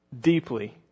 deeply